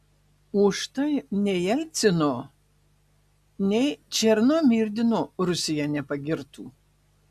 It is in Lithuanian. už tai nei jelcino nei černomyrdino rusija nepagirtų